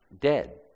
Dead